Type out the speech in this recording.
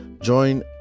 Join